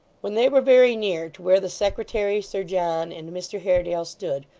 when they were very near to where the secretary, sir john, and mr haredale stood,